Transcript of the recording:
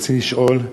רצוני לשאול: